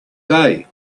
day